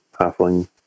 halfling